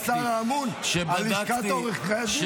אתה השר האמון על לשכת עורכי הדין,